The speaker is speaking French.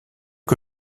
que